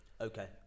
Okay